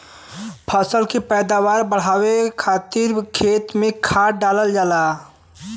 फसल के पैदावार बढ़ावे खातिर खेत में खाद डालल जाला